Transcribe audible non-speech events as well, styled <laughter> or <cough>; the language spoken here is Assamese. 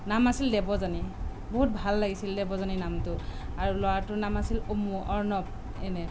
নাম আছিল দেৱযানী বহুত ভাল লাগিছিল দেৱযানী নামটো আৰু ল'ৰাটোৰ নাম আছিল <unintelligible> অৰ্ণৱ এনে